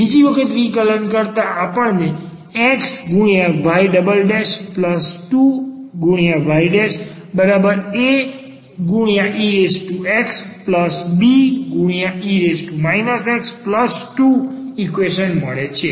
બીજી વખત વિકલન કરતા આપણે xy2yaexbe x2 ઈક્વેશન મળે છે